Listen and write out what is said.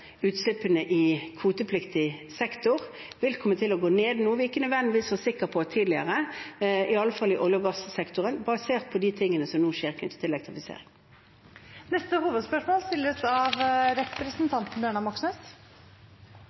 utslippene i kvotepliktig sektor vil komme til å gå ned, noe vi ikke nødvendigvis var sikre på tidligere, i alle fall i olje- og gassektoren, basert på det som nå skjer knyttet til elektrifisering. Vi går til neste hovedspørsmål.